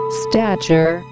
stature